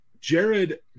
Jared